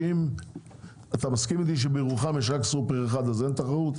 שאם אתה מסכים איתי שבירוחם יש רק סופר אחד אז אין תחרות?